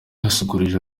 yasusurukije